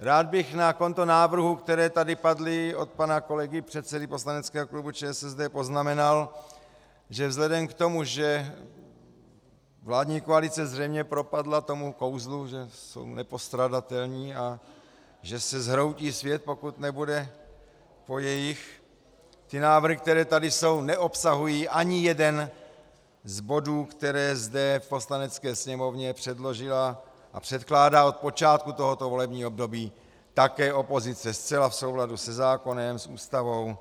Rád bych na konto návrhů, které tady padly od pana kolegy předsedy poslaneckého klubu ČSSD, poznamenal, že vzhledem k tomu, že vládní koalice zřejmě propadla tomu kouzlu, že jsou nepostradatelní a že se zhroutí svět, pokud nebude po jejich, ty návrhy, které tady jsou, neobsahují ani jeden z bodů, které zde v Poslanecké sněmovně předložila a předkládá od počátku tohoto volebního období také opozice, zcela v souladu se zákonem, s Ústavou,